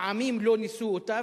העמים לא ניסו אותה,